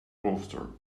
bolster